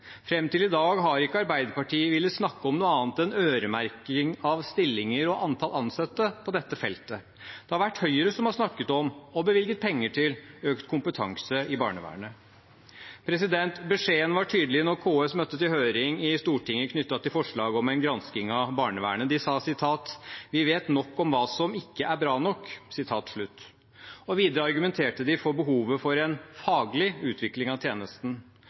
til i dag har ikke Arbeiderpartiet villet snakke om noe annet enn øremerking av stillinger og antall ansatte på dette feltet. Det har vært Høyre som har snakket om og bevilget penger til økt kompetanse i barnevernet. Beskjeden var tydelig da KS møtte til høring i Stortinget knyttet til forslag om en gransking av barnevernet. De sa at vi «vet nok om hva som ikke er bra nok». Videre argumenterte de for behovet for en faglig utvikling av tjenesten.